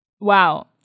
wow